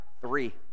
three